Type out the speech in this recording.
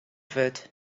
wurdt